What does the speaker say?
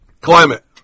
climate